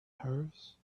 hers